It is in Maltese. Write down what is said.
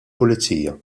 pulizija